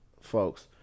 folks